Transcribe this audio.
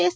S